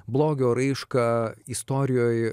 blogio raišką istorijoj